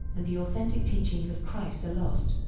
and the authentic teachings of christ are lost.